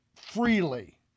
freely